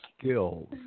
skills